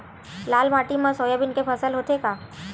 लाल माटी मा सोयाबीन के फसल होथे का?